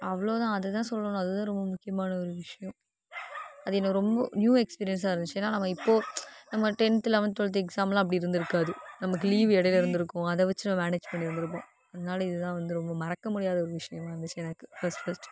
அவ்வளோதான் அது தான் சொல்லணும் அது தான் ரொம்ப முக்கியமான ஒரு விஷயம் அது என்னை ரொம்ப நியூ எக்ஸ்பீரியன்ஸாக இருந்துச்சு ஏன்னா நம்ம இப்போது நம்ம டென்த் லெவென்த் டுவெல்த் எக்ஸாம்லாம் அப்படி இருந்து இருக்காது நமக்கு லீவ் இடையில இருந்து இருக்கும் அதை வச்சு நம்ம மேனேஜ் பண்ணி இருந்திருப்போம் என்னால் இது தான் வந்து ரொம்ப மறக்க முடியாத விஷயமா இருந்துச்சு எனக்கு ஃபர்ஸ்ட் ஃபர்ஸ்ட்